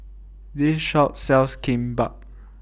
This Shop sells Kimbap